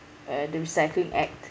uh the recycling act